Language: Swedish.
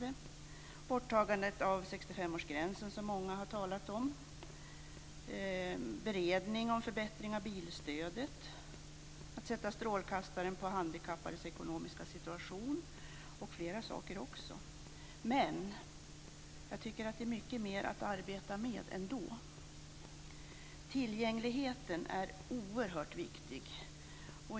Det gäller borttagandet av 65-årsgränsen, som många har talat om, beredning om förbättring av bilstödet, att sätta strålkastaren på handikappades ekonomiska situation osv. Men jag tycker ändå att det finns fler saker att arbeta med. Tillgängligheten är oerhört viktig.